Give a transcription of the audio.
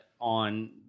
on